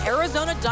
Arizona